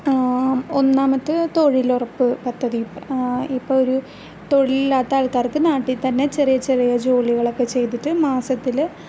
ഒന്നാമത്തെ തൊഴിലുറപ്പ് പദ്ധതി ഇപ്പം ഒരു തൊഴിലില്ലാത്ത ആൾക്കാർക്ക് നാട്ടിൽ തന്നെ ചെറിയ ചെറിയ ജോലികളൊക്കെ ചെയ്തിട്ട് മാസത്തില്